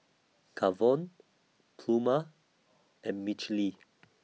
Kavon Pluma and Michele